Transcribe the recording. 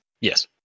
Yes